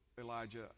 Elijah